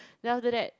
then after that